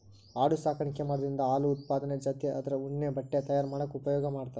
ಆಡು ಸಾಕಾಣಿಕೆ ಮಾಡೋದ್ರಿಂದ ಹಾಲು ಉತ್ಪಾದನೆ ಜೊತಿಗೆ ಅದ್ರ ಉಣ್ಣೆ ಬಟ್ಟೆ ತಯಾರ್ ಮಾಡಾಕ ಉಪಯೋಗ ಮಾಡ್ತಾರ